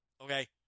okay